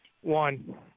One